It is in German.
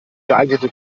geeignete